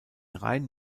rein